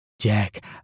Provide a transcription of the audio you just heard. Jack